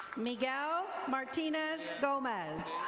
miguel martinez gomez.